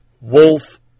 Wolf